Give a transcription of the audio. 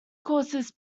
courses